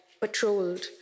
patrolled